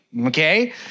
okay